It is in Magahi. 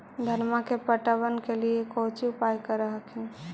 धनमा के पटबन के लिये कौची उपाय कर हखिन?